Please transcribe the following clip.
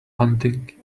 hunting